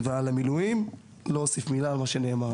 על המילואים לא אוסיף מילה על מה שנאמר,